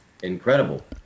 incredible